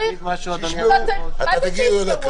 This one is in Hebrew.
מה זה שישמעו?